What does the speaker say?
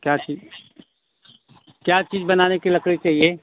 क्या क्या चीज बनाने के लकड़ी चाहिये